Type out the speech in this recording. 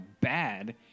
bad